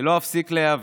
שלא אפסיק להיאבק,